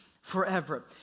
forever